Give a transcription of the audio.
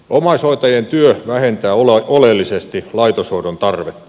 omaishoitajien työ vähentää oleellisesti laitoshoidon tarvetta